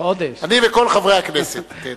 אני וכל חברי הכנסת.